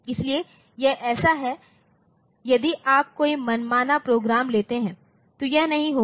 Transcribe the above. इसलिए यह ऐसा है यदि आप कोई मनमाना प्रोग्राम लेते हैं तो यह नहीं होगा